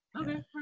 okay